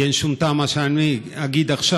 כי אין שום טעם למה שאני אגיד עכשיו.